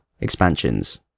expansions